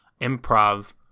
improv